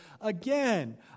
again